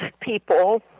people